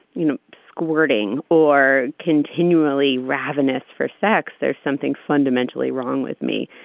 you know, squirting or continually ravenous for sex. there's something fundamentally wrong with me.